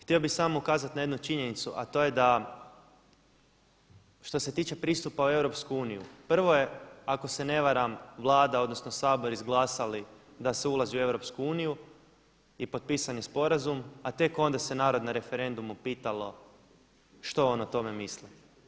Htio bih samo ukazati na jednu činjenicu, a to je da što se tiče pristupa u EU prvo je ako se ne varam Vlada, odnosno Sabor izglasali da se ulazi u EU i potpisan je sporazum, a tek onda se narod na referendumu pitalo što ono o tome misli.